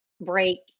break